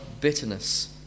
bitterness